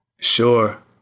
Sure